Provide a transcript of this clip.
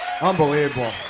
Unbelievable